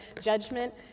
judgment